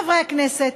חברי הכנסת,